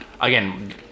Again